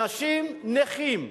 אנשים נכים,